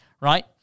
right